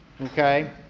Okay